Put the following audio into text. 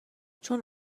چون